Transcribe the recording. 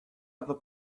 other